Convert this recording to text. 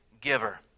giver